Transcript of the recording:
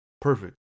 perfect